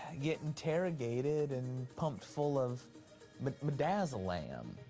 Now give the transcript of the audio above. get interrogated and pumped full of but midazolam.